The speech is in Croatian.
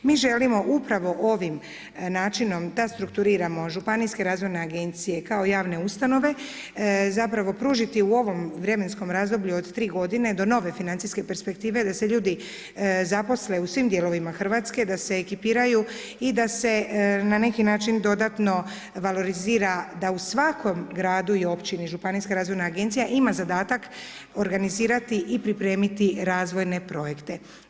Mi želimo upravo ovim načinom da strukturiramo županijske razvojne agencija kao javne ustanove, zapravo pružiti u ovom vremenskom razdoblju od 3 godine do nove financijske perspektive da se ljudi zaposle u svim dijelovima Hrvatske, da se ekipiraju i da se na neki način dodatno valorizira da u svakom gradu i općini županijska razvojna agencija ima zadatak organizirati i pripremiti razvojne projekte.